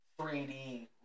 3D